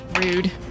Rude